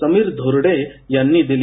समीर धुर्डे यांनी दिली